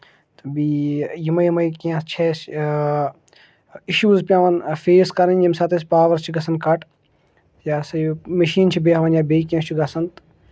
تہٕ بیٚیہِ یِمَے یِمَے کیٚنٛہہ چھِ اَسہِ اِشوٗز پٮ۪وان فیس کَرٕنۍ ییٚمہِ ساتہٕ اَسہِ پاوَر چھِ گژھان کَٹ یہِ ہسا یہِ مِشیٖن چھِ بیٚہوان یا بیٚیہِ کیٚنٛہہ چھُ گژھان تہٕ